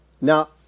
Now